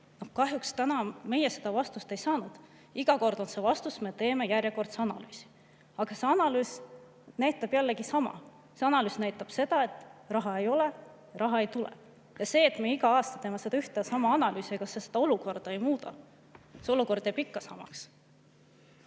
Kahjuks meie seda vastust täna ei saanud. Iga kord oli vastus: me teeme järjekordse analüüsi. Aga see analüüs näitab jällegi sama. See analüüs näitab seda, et raha ei ole ja raha ei tule. See, et me iga aasta teeme seda ühte ja sama analüüsi, olukorda ei muuda. Olukord jääb ikka samaks.